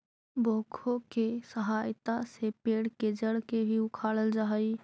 backhoe के सहायता से पेड़ के जड़ के भी उखाड़ल जा हई